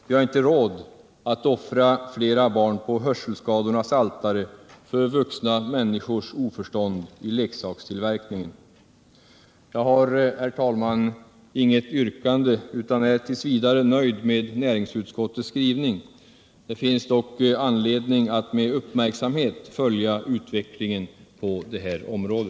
Vi har inte råd att offra flera barn på hörselskadornas altare för vuxna människors oförstånd i leksakstillverkningen. Jag har, herr talman, inget yrkande utan ärt. v. nöjd med näringsutskottets skrivning. Det finns dock anledning att med uppmärksamhet följa utvecklingen på detta område.